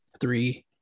Three